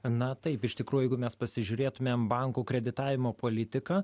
na taip iš tikrųjų jeigu mes pasižiūrėtumėm bankų kreditavimo politiką